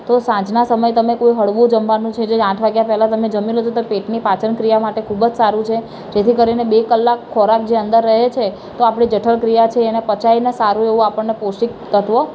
તો સાંજના સમયે તમે કોઈ હળવું જમવાનું છે જે આઠ વાગ્યા પહેલાં તમે જમી લો છો તો પેટની પાચન ક્રિયા માટે ખૂબ જ સારું છે જેથી કરીને બે કલાક ખોરાક જે અંદર રહે છે તો આપણી જઠરક્રિયા જે છે એને પચાવીને સારું એવું આપણને પૌષ્ટિક તત્ત્વ